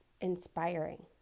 inspiring